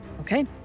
Okay